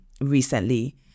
recently